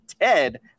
Ted